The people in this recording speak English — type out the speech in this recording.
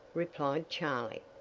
replied charley.